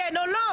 או שכן או שלא.